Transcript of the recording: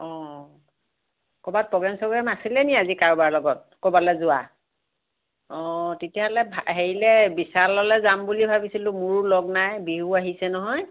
অ ক'ৰবাত প্ৰ'গ্ৰেম চ'গ্ৰেম আছিলেনি আজি কাৰোবাৰ লগত ক'ৰবালৈ যোৱাৰ অ তেতিয়াহ'লে হেৰিলৈ বিশাললৈ যাম বুলি ভাবিছিলোঁ মোৰো লগ নাই বিহু আহিছে নহয়